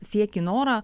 siekį norą